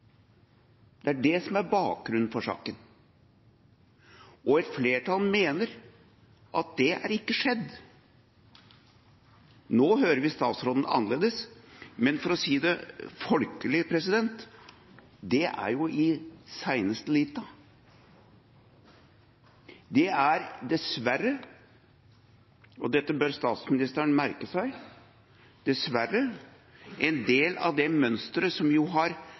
Det er det som er bakgrunnen for saken. Og et flertall mener at det er ikke skjedd. Nå hører vi statsråden annerledes, men for å si det folkelig: Det er jo i siste liten. Dette er – og det bør statsministeren merke seg – dessverre en del av det mønsteret som jo har